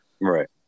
Right